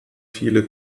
viele